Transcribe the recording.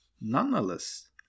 Nonetheless